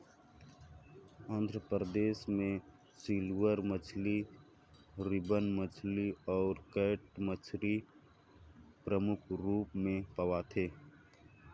आंध्र परदेस में सिल्वर मछरी, रिबन मछरी अउ कैट मछरी परमुख रूप में पवाथे